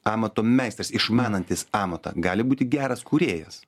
amato meistras išmanantis amatą gali būti geras kūrėjas